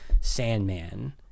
Sandman